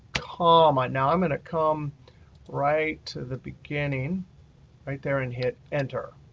comma. now i'm going to come right to the beginning right there and hit enter.